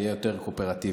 תהיה יותר קואופרטיבי.